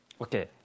Okay